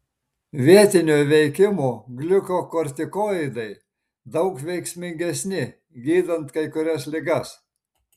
vietinio veikimo gliukokortikoidai daug veiksmingesni gydant kai kurias ligas